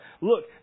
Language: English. Look